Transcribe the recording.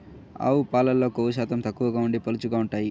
ఆవు పాలల్లో కొవ్వు శాతం తక్కువగా ఉండి పలుచగా ఉంటాయి